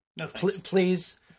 Please